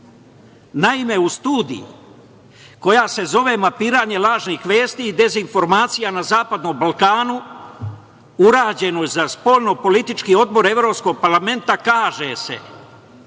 u studiji koja se zove – Mapiranje lažnih vesti i dezinformacija na Zapadnom Balkanu, urađena za Spoljnopolitički odbor Evropskog parlamenta kaže se